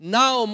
now